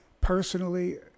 personally